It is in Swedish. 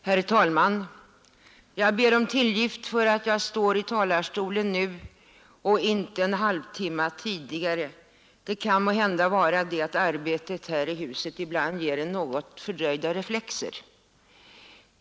Herr talman! Jag ber om tillgift för att jag står i talarstolen nu i stället för en halvtimme tidigare. Det kan måhända bero på att arbetet här i huset ibland ger oss något fördröjda reflexer.